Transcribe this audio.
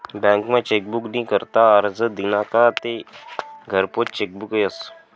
बँकमा चेकबुक नी करता आरजं दिना का आते घरपोच चेकबुक यस